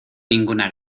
ninguna